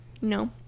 no